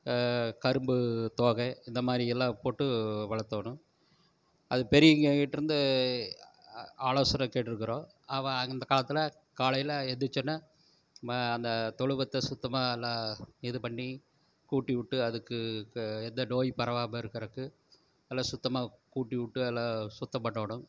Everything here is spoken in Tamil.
கரும்புத் தோகை இந்தமாதிரியெல்லாம் போட்டு வளர்த்தோணும் அது பெருகியாகிட்டேருந்து ஆ ஆலோசனை கேட்டிருக்கறோம் அவன் அந்த காலத்தில் காலையில் எழுந்திச்சொன்னே ம அந்த தொழுவத்தை சுத்தமாக எல்லா இது பண்ணிக் கூட்டி விட்டு அதுக்கு க எந்த நோய் பரவாமல் இருக்கறதுக்கு நல்லா சுத்தமாக கூட்டி விட்டு அதுலாம் சுத்தம் பண்ணணும்